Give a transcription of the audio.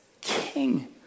king